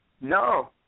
No